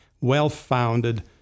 well-founded